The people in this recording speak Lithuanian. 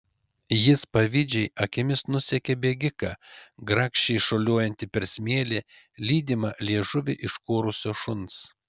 jis pavydžiai akimis nusekė bėgiką grakščiai šuoliuojantį per smėlį lydimą liežuvį iškorusio šuns